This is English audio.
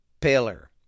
pillar